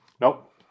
Nope